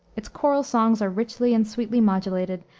its choral songs are richly and sweetly modulated,